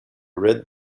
red